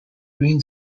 green